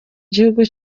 gihugu